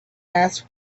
asked